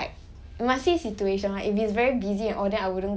I never always ask like I okay sometimes when like